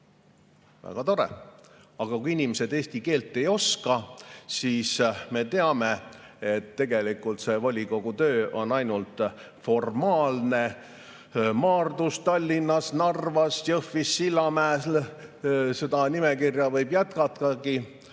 Väga tore, aga kui inimesed eesti keelt ei oska, siis, me teame, on volikogu töö tegelikult ainult formaalne. Maardus, Tallinnas, Narvas, Jõhvis, Sillamäel – seda nimekirja võib jätkatagi